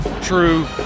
true